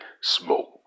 smoke